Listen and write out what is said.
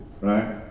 Right